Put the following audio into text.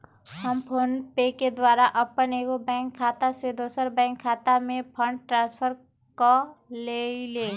हम फोनपे के द्वारा अप्पन एगो बैंक खता से दोसर बैंक खता में फंड ट्रांसफर क लेइले